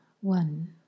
one